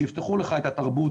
שיפתחו לך את התרבות,